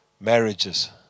Marriages